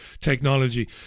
technology